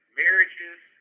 marriages